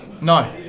no